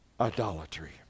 Idolatry